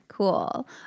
Cool